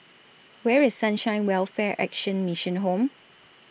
Where IS Sunshine Welfare Action Mission Home